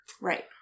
Right